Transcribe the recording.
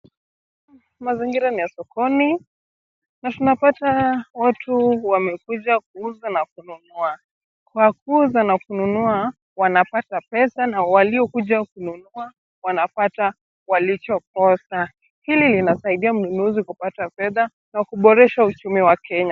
Mazingira ni ya sokoni, na tunapata watu wamekuja kuuza na kununua. Kwa kuuza na kununua, wanapata pesa, na walio kuja kununua, wanapata walichokosa. Hili linasaidia mnunuzi kupata fedha, na kuboresha uchumi wa Kenya.